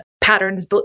patterns